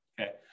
Okay